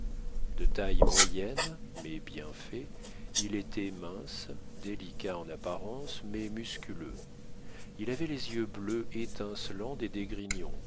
de taille moyenne mais bien fait il était mince délicat en apparence mais musculeux il avait les yeux bleus étincelants des d'esgrignon